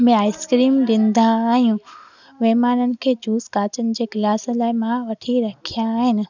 में आइसक्रीम ॾींदा आहियूं महिमाननि खे जूस कांचनि जे गिलास लाइ मां वठी रखिया आहिनि